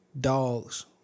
dogs